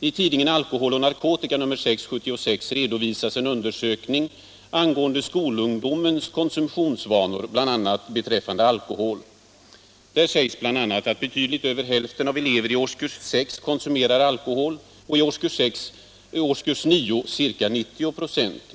I tidningen Alkohol och narkotika nr 6 år 1976 redovisas en undersökning angående skolungdomens konsumtionsvanor bl.a. beträffande alkohol. Där sägs att betydligt över hälften av eleverna i årskurs 6 konsumerar alkohol och i årskurs 9 ca 90 96.